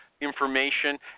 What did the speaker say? information